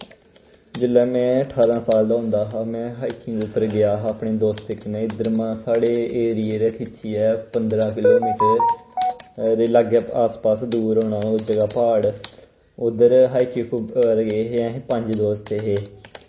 जिल्लै में ठारां साल दा होंदा हा में हाईकिंग उप्पर गेआ हा अपने दोस्तें कन्नै इद्दर मा साढ़े एरिये दा खिच्चियै पंदरां किलोमीटर दे लाग्गै आस पास दूर होना ओह् जगह् प्हाड़ उद्दर हाईकिंग उप्पर गे हे असीं पंज दोस्त हे